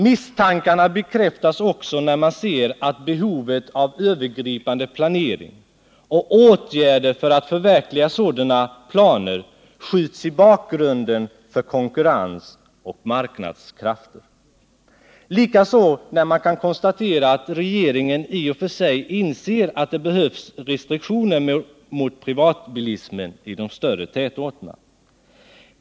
Misstankarna bekräftas också när man ser att behovet av övergripande planering och åtgärder för att förverkliga sådana planer skjuts i bakgrunden för konkurrens och marknadskrafter; likaså när man kan konstatera att regeringen i och för sig inser att det behövs restriktioner mot privatbilismen i de större tätorterna.